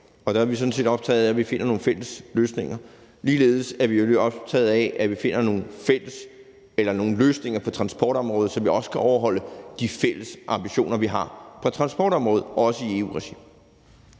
og der er vi sådan set optaget af, at vi finder nogle fælles løsninger. Ligeledes er vi optaget af, at vi finder nogle løsninger på transportområdet, så vi også kan overholde de fælles ambitioner, vi har på transportområdet, også i EU-regi.